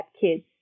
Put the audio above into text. kids